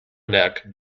neck